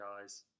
guys